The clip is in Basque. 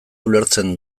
ulertzen